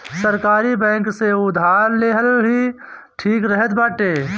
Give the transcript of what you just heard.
सरकारी बैंक से उधार लेहल ही ठीक रहत बाटे